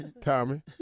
Tommy